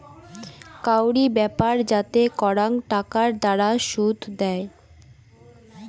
কাউরি ব্যাপার যাতে করাং টাকার দ্বারা শুধ দেয়